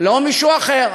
לא מישהו אחר.